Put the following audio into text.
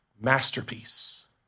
masterpiece